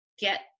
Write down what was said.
get